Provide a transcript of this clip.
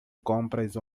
compras